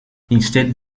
instead